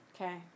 Okay